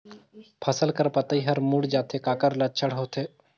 फसल कर पतइ हर मुड़ जाथे काकर लक्षण होथे?